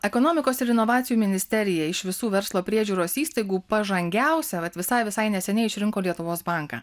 ekonomikos ir inovacijų ministerija iš visų verslo priežiūros įstaigų pažangiausia vat visai visai neseniai išrinko lietuvos banką